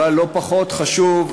אבל לא פחות חשוב,